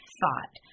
thought